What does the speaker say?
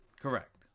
Correct